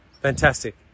fantastic